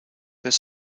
their